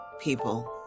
people